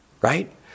right